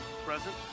present